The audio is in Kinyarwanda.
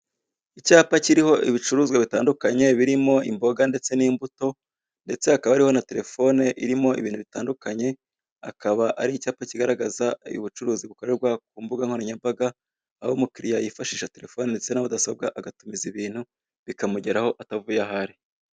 Icyapa kiriho ibicuruzwa gitandukanye birimo: imboga ndetse n'imbuto ndetse haba hariho na terefone irimo ibintu bitandukanye. Akaba ari icyapa kigaragaza ubucuruzi bukorerwa ku mbuga nkoranyambaga, aho umukiriya yifashisha terefone ndetse na mudasobwa; agatumiza ibintu bikamugeraho atavuye aho ari.